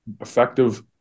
effective